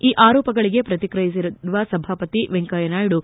ಈ ಆರೋಪಗಳಿಗೆ ಪ್ರತಿಕ್ರಿಯಿಸಿದ ಸಭಾಪತಿ ವೆಂಕಯ್ಯ ನಾಯ್ನು